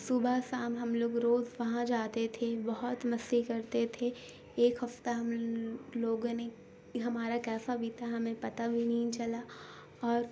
صبح سام ہم لوگ روز وہاں جاتے تھے بہت مستسیی کرتے تھے ایک ہفتہ ہم لوگوں نے ہمارا کیسا بھیتا ہمیں پتہ بھی نہیں چلا اور